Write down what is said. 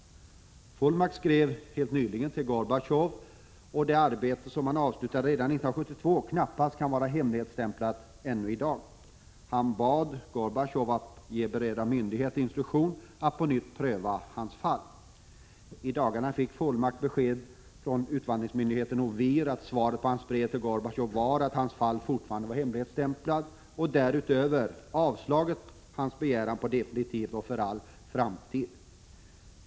Fulmakht skrev helt nyligen till Gorbatjov att det arbete som han avslutade redan 1972 knappast kan vara hemligstämplat ännu i dag. Han bad Gorbatjov att ge berörda myndigheter instruktion att på nytt pröva hans fall. I dagarna fick Fulmakht besked från utvandringsmyndigheten Ovir att svaret på hans brev till Gorbatjov var att hans fall fortfarande var hemligstämplat och — därutöver — att avslaget på hans begäran var definitivt och för all framtid.